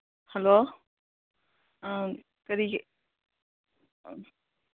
hello ꯑ ꯀꯔꯤꯒꯤ